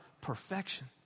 perfection